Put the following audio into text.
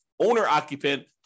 owner-occupant